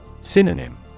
Synonym